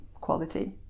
quality